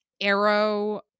arrow